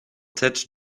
tête